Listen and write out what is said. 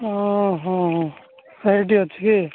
ହଁ ହଁ ସେଇଠି ଅଛି କି